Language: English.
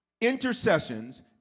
intercessions